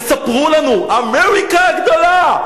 תספרו לנו, אמריקה הגדולה.